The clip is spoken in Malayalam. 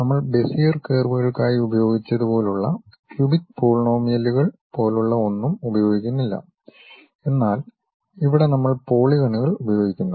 നമ്മൾ ബെസിയർ കർവുകൾക്കായി ഉപയോഗിച്ചതുപോലുള്ള ക്യൂബിക് പോളിനോമിയലുകൾ പോലുള്ള ഒന്നും ഉപയോഗിക്കുന്നില്ല എന്നാൽ ഇവിടെ നമ്മൾ പോളിഗണുകൾ ഉപയോഗിക്കുന്നു